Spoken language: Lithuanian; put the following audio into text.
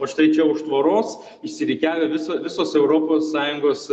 o štai čia už tvoros išsirikiavę visa visos europos sąjungos